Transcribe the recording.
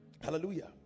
Hallelujah